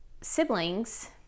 siblings